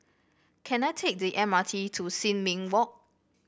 can I take the M R T to Sin Ming Walk